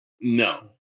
No